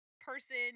person